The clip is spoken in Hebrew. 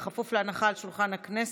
בכפוף להנחה על שולחן הכנסת,